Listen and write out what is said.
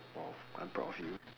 !wow! I'm proud of you